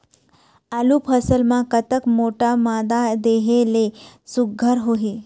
आलू फसल बर कतक मोटा मादा देहे ले सुघ्घर होही?